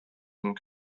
and